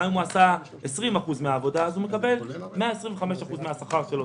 גם אם הוא עשה 20% מן העבודה אז הוא מקבל 125% מהשכר שלו.